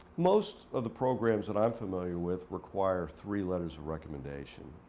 most of the programs that i'm familiar with require three letters of recommendation.